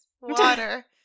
Water